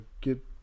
get